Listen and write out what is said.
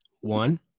one